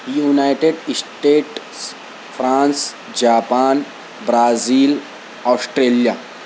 United States France Japan Brazil Australia